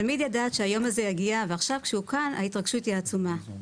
תמיד ידעת שהיום הזה יגיע ועכשיו כשהוא כאן ההתרגשות היא עצומה.